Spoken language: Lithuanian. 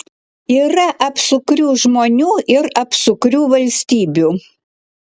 yra apsukrių žmonių ir apsukrių valstybių